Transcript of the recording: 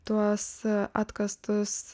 tuos atkastus